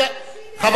כמה